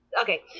Okay